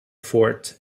fort